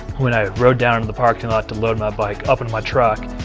when i rode down to the parking lot to load my bike up in my truck,